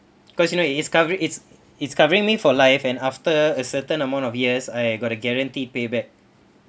cause you know it's coveri~ it's it's covering me for life and after a certain amount of years I got a guarantee payback